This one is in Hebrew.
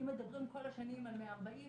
אם מדברים כל השנים על 140,